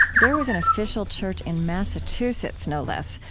there was an official church in massachusetts, no less,